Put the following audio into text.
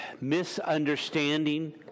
misunderstanding